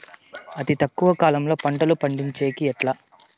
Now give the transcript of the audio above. అతి తక్కువ కాలంలో పంటలు పండించేకి ఎట్లా?